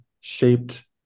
shaped